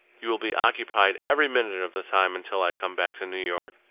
you will be occupied every minute of the time until i come back to new york,